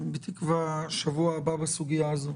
בתקווה בשבוע הבא.